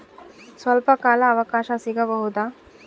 ಸ್ವಲ್ಪ ಕಾಲ ಅವಕಾಶ ಸಿಗಬಹುದಾ?